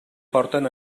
porten